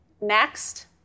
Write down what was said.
Next